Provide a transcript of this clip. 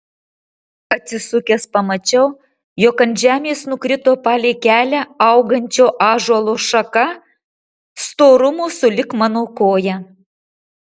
atsisukęs pamačiau jog ant žemės nukrito palei kelią augančio ąžuolo šaka storumo sulig mano koja